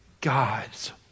God's